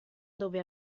dove